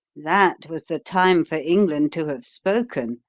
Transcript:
that was the time for england to have spoken.